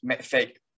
fake